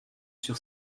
sur